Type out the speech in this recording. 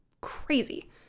crazy